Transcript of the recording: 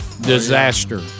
disaster